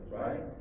right